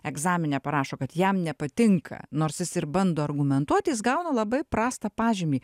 egzamine parašo kad jam nepatinka nors jis ir bando argumentuot jis gauna labai prastą pažymį